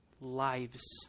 lives